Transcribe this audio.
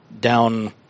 down